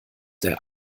der